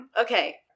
Okay